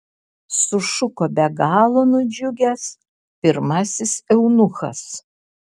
sušuko be galo nudžiugęs pirmasis eunuchas